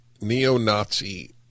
neo-Nazi